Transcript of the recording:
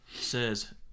says